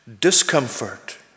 discomfort